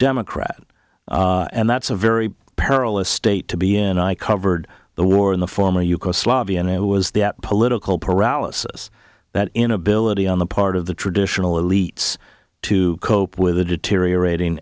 democrat and that's a very perilous state to be and i covered the war in the former yugoslavia and it was that political paralysis that inability on the part of the traditional elites to cope with a deteriorating